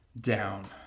down